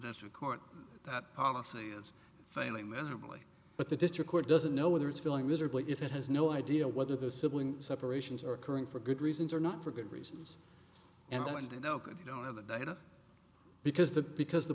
at record that policy is failing miserably but the district court doesn't know whether it's failing miserably if it has no idea whether the sibling separations are occurring for good reasons or not for good reasons and there was no you don't have the data because the because the